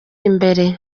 imbere